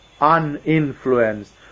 uninfluenced